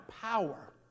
power